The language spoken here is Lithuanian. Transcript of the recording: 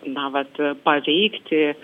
na vat paveikti